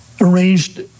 arranged